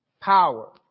power